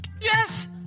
Yes